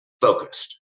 focused